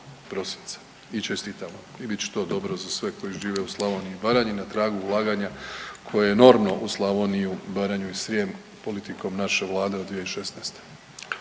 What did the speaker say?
prosinca i čestitam vam i bit će to dobro za sve koji žive u Slavoniji i Baranji na tragu ulaganja koje je enormno u Slavoniju, Baranju i Srijem politikom naše Vlade od 2016..